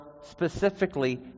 specifically